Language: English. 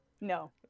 no